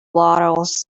bottles